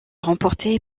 remportée